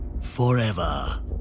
Forever